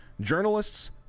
Journalists